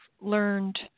learned